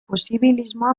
posibilismoa